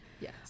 yes